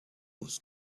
was